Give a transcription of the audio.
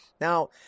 now